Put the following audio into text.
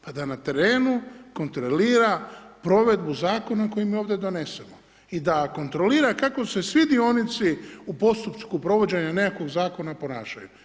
Pa da na terenu kontrolira provedbu zakona koji mi ovdje donesemo i da kontrolira kako se svi dionici u postupku provođenja nekakvog zakona ponašaju.